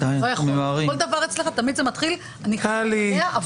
--- אני יודע,